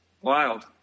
Wild